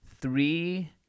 three